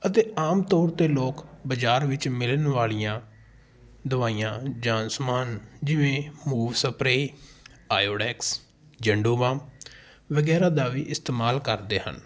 ਅਤੇ ਆਮ ਤੌਰ 'ਤੇ ਲੋਕ ਬਾਜ਼ਾਰ ਵਿੱਚ ਮਿਲਣ ਵਾਲੀਆਂ ਦਵਾਈਆਂ ਜਾਂ ਸਮਾਨ ਜਿਵੇਂ Move spray Iodex Zandu balm ਵਗੈਰਾ ਦਾ ਵੀ ਇਸਤੇਮਾਲ ਕਰਦੇ ਹਨ